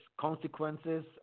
consequences